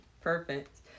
Perfect